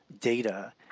data